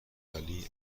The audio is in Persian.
علی